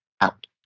out